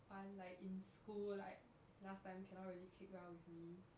one like in school like last time cannot really click well with me